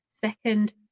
second